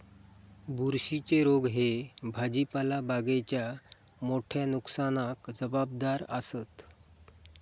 बुरशीच्ये रोग ह्ये भाजीपाला बागेच्या मोठ्या नुकसानाक जबाबदार आसत